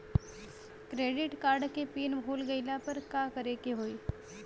Credit card के PIN भूल गईला पर का करे के होई?